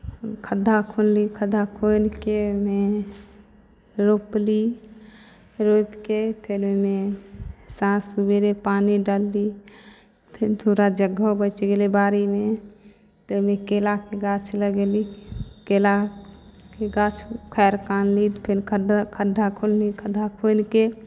खद्धा खुनली खद्धा खूनि कऽ ओहिमे रोपली रोपि कऽ फेन ओहिमे साँझ सवेरे पानि डालली फेन थोड़ा जगह बचि गेलै बाड़ीमे तऽ ओहिमे केलाके गाछ लगयली केलाके गाछ उखाड़ि कऽ अनली फेन खद्धा खद्धा खुनली खद्धा खुनि कऽ